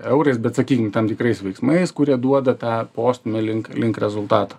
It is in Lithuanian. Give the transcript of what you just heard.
eurais bet sakykim tam tikrais veiksmais kurie duoda tą postūmį link link rezultato